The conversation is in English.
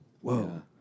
whoa